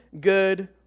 good